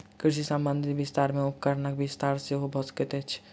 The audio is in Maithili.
कृषि संबंधी विस्तार मे उपकरणक विस्तार सेहो भ सकैत अछि